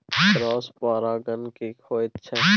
Cross परागण की होयत छै?